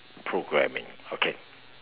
programming okay